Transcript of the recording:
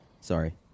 Sorry